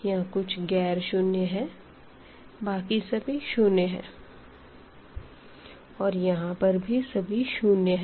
यहाँ कुछ गैर शुन्य है बाकी सभी शुन्य हैं और यहां पर भी सभी शुन्य है